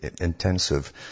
intensive